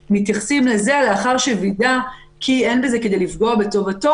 "לאחר שווידא כי אין בזה כדי לפגוע בטובתו"